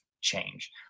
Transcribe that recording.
change